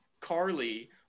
Carly